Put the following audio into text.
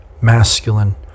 masculine